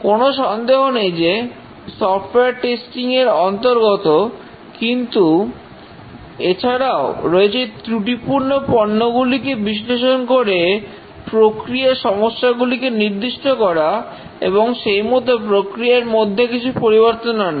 কোন সন্দেহ নেই যে সফটওয়্যার টেস্টিং এর অন্তর্গত কিন্তু এছাড়াও রয়েছে ত্রুটিপূর্ণ পণ্যগুলিকে বিশ্লেষণ করে প্রক্রিয়া সমস্যাগুলিকে নির্দিষ্ট করা এবং সেইমতো প্রক্রিয়ার মধ্যে কিছু পরিবর্তন আনা